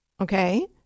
Okay